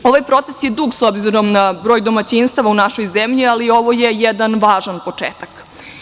Ovaj proces je dug, s obzirom na broj domaćinstava u našoj zemlji, ali ovo je jedan važan početak.